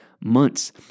months